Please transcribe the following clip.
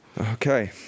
Okay